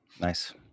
Nice